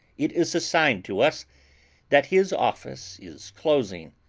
it is a sign to us that his office is closing,